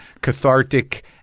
cathartic